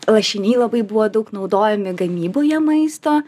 lašiniai labai buvo daug naudojami gamyboje maisto